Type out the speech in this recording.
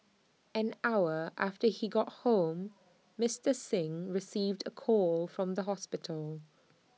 an hour after she got home Mister Singh received A call from the hospital